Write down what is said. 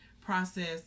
process